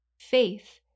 faith